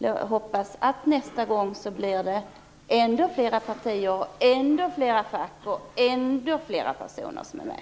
Jag hoppas att det nästa gång blir ännu fler partier, ännu fler fack och ännu fler personer som är med.